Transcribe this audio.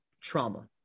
trauma